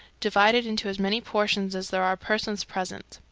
divide it into as many portions as there are persons present.